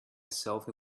selfie